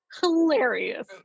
hilarious